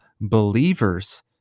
believers